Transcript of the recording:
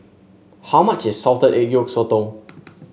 how much is Salted Egg Yolk Sotong